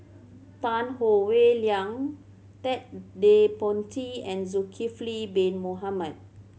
Tan Howe Liang Ted De Ponti and Zulkifli Bin Mohamed